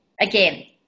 Again